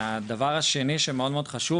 והדבר השני שמאוד מאוד חשוב,